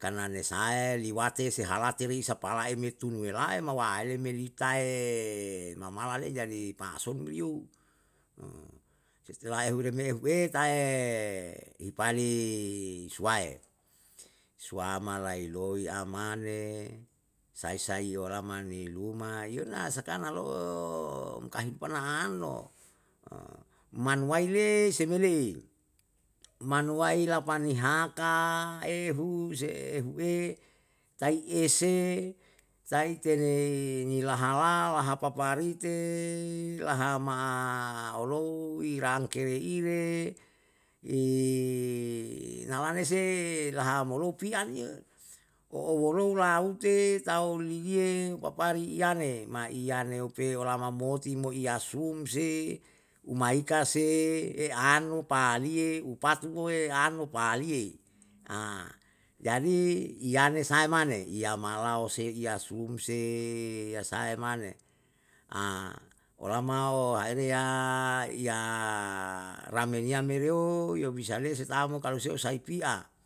karna lisahae liwate, sehalate risa palae me tunuwelae ma waele me litae mamala le'e jadi pason me yo. setelah ehure mehu'e ta'e, ipali suwae suama nailoi amane, sai saiyo lamani luma ya no sakana lo'o kaimpahana an no, manuwai le seme le'e, manuwai lapanihaka, ehu se, ehu'e, tai ese, tai ni laha la, laha paparite, laha maolou irangke reire, inalane se lahamolou pian yo, oowolou laute, tau liye. papari iyane, mau iyane upe olama moto mo iyasem se, umaika se, oano paliye, upatu boe an no paliye. jadi, yane sae mane, yamalao seiya sum se, ya sae mane olamao ahereya iya rame niaym mere yo, ye bisa le setam mo kalu seng usai pi'a